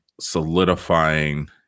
solidifying